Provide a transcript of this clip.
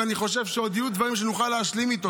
ואני חושב שעוד יהיו דברים שנוכל להשלים איתו,